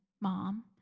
Mom